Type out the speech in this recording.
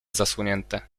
zasłonięte